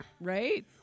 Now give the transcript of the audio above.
Right